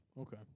Okay